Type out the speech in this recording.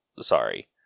sorry